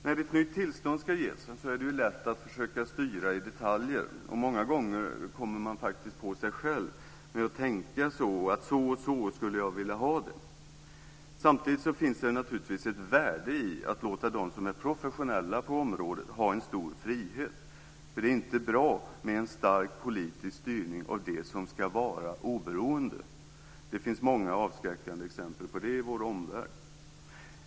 När ett nytt tillstånd ska ges är det lätt att försöka styra i detaljer. Många gånger kommer man faktiskt på sig själv med att tänka att man skulle vilja ha det på ett visst sätt. Samtidigt finns det naturligtvis ett värde i att låta dem som är professionella på området ha en stor frihet. Det är inte bra med en stark politisk styrning av det som ska vara oberoende. Det finns många avskräckande exempel på det i vår omvärld.